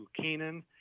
Canaan